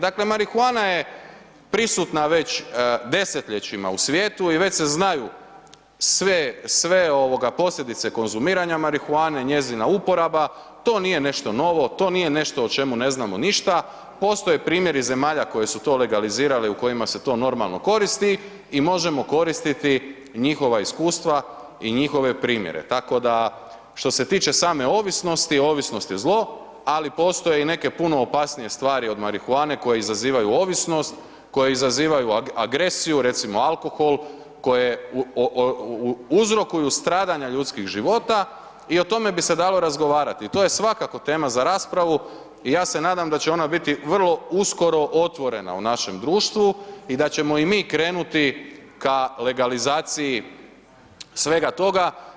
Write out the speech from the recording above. Dakle, marihuana je prisutna već desetljećima u svijetu i već se znaju sve posljedice konzumiranja marihuane, njezina uporaba, to nije nešto novo, to nije nešto o čemu ne znamo ništa, postoje primjeri zemalja koje su to legalizirali, u kojima se to normalno koristi i možemo koristiti njihova iskustva i njihove primjere, tako da što se tiče same ovisnosti, ovisnost je zlo, ali postoje i neke puno opasnije stvari od marihuane koje izazivaju ovisnost, koje izazivaju agresiju, recimo alkohol, koje uzrokuju stradanja ljudskih života i o tome bi se dalo razgovarati, to je svakako tema za raspravu i ja se nadam da će ona biti vrlo uskoro otvorena u našem društvu i da ćemo i mi krenuti ka legalizaciji svega toga.